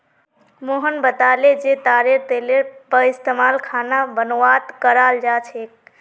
मोहन बताले जे तारेर तेलेर पइस्तमाल खाना बनव्वात कराल जा छेक